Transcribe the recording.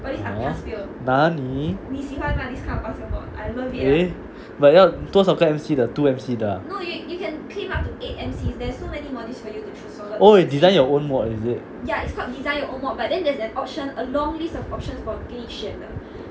nani eh but 要多少个 M_C 的 two M_C 的啊 oh design your own mod is it